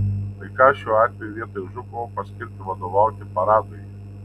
tai ką šiuo atveju vietoj žukovo paskirti vadovauti paradui